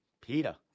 Peter